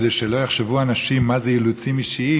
כדי שלא יחשבו אנשים מה אלה האילוצים האישיים,